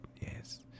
Yes